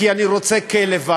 כי אני רוצה כלב,